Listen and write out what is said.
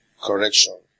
correction